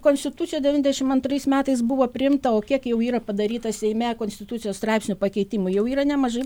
konstitucija devyniasdešim antrais metais buvo priimta o kiek jau yra padaryta seime konstitucijos straipsnių pakeitimų jau yra nemažai